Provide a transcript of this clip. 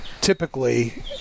Typically